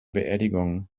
beerdigung